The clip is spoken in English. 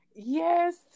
Yes